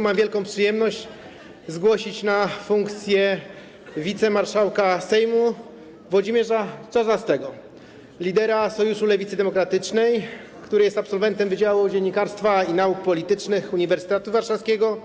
Mam wielką przyjemność zgłosić na funkcję wicemarszałka Sejmu Włodzimierza Czarzastego, lidera Sojuszu Lewicy Demokratycznej, który jest absolwentem Wydziału Dziennikarstwa i Nauk Politycznych Uniwersytetu Warszawskiego